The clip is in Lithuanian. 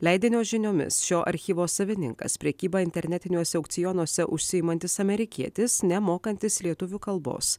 leidinio žiniomis šio archyvo savininkas prekyba internetiniuose aukcionuose užsiimantis amerikietis nemokantis lietuvių kalbos